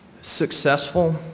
successful